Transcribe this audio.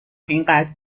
اینقدر